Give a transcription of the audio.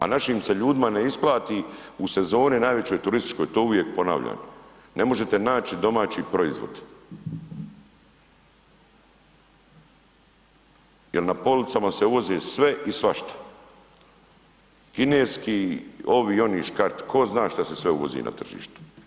A našim se ljudima ne isplati u sezoni najvećoj turističkoj, to uvijek ponavljam, ne možete naći domaći proizvod jel na policama se uvozi sve i svašta, kineski, ovi i oni škart, ko zna šta se sve uvozi na tržištu.